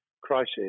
crisis